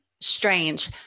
strange